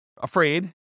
afraid